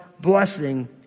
blessing